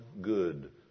good